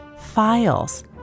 files